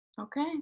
Okay